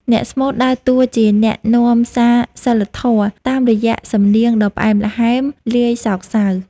អ្នកស្មូតដើរតួជាអ្នកនាំសារសីលធម៌ តាមរយៈសំនៀងដ៏ផ្អែមល្ហែមលាយសោកសៅ។